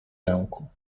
ręku